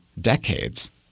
decades